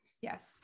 yes